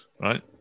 right